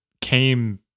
came